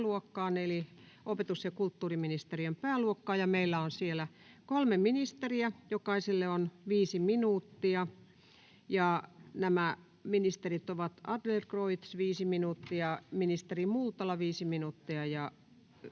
eli opetus- ja kulttuuriministeriön pääluokkaan. Meillä on siellä kolme ministeriä, jokaiselle on viisi minuuttia. Nämä ministerit ovat Adlercreutz, viisi minuuttia,